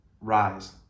Rise